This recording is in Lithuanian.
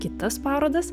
kitas parodas